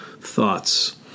thoughts